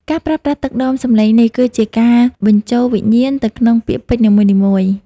ការប្រើប្រាស់ទឹកដមសំឡេងនេះ គឺជាការបញ្ចូលវិញ្ញាណទៅក្នុងពាក្យពេចន៍នីមួយៗ។